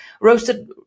roasted